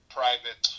private